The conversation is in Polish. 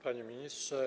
Panie Ministrze!